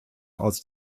aus